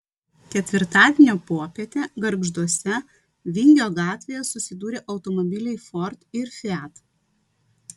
ketvirtadienio popietę gargžduose vingio gatvėje susidūrė automobiliai ford ir fiat